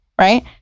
right